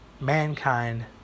Mankind